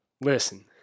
Listen